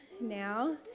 now